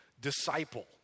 disciple